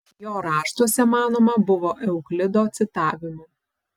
jo raštuose manoma buvo euklido citavimų